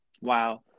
Wow